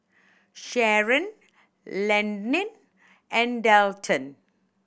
Sharon Landyn and Delton